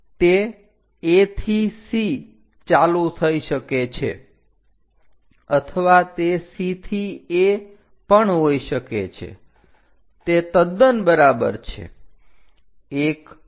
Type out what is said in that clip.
તે A થી C ચાલુ થઈ શકે છે અથવા તે C થી A પણ હોય શકે છે તે તદ્દન બરાબર છે